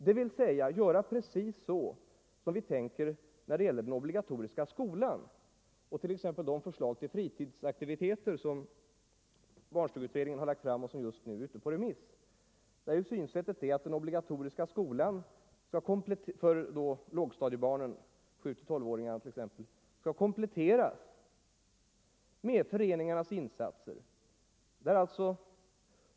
Man bör således göra precis så som vi tänker göra när det gäller den obligatoriska skolan — t.ex. enligt det förslag till fritidsaktiviteter som barnstugeutredningen lagt fram och som just nu är ute på remiss. Där är synsättet att den obligatoriska skolan skall kompletteras med föreningarnas insatser.